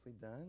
done